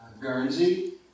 Guernsey